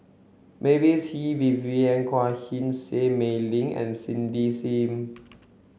Mavis Hee Vivien Quahe Seah Mei Lin and Cindy Sim